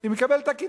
היא מקבלת עקיצה.